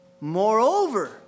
Moreover